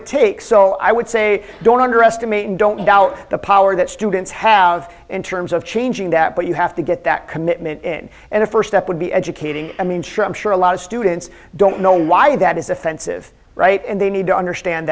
it takes so i would say don't underestimate and don't doubt the power that students have in terms of changing that but you have to get that commitment in and the first step would be educating i mean sure i'm sure a lot of students don't know why that is offensive and they need to understand